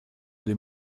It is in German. dem